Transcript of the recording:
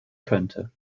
könnte